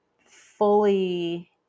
fully